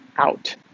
out